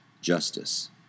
justice